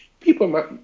people